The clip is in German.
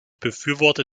befürworte